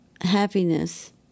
happiness